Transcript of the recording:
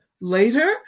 later